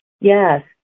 Yes